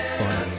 fun